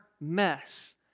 mess